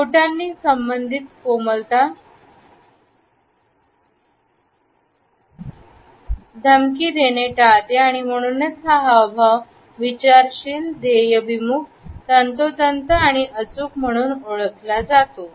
बोटांनी संबंधित कोमलता धमकी देणे टाळते आणि म्हणूनच हा हावभाव विचारशील ध्येयभिमुख तंतोतंत आणि अचूक म्हणून ओळखला जातो